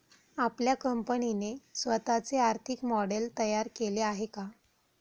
आपल्या कंपनीने स्वतःचे आर्थिक मॉडेल तयार केले आहे का?